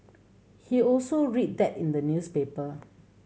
he also read that in the newspaper